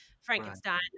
Frankenstein